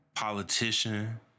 politician